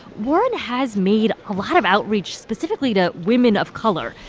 warren has made a lot of outreach specifically to women of color.